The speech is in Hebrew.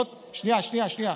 שנייה, שנייה.